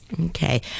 Okay